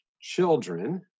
children